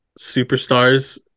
superstars